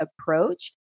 approach